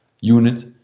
unit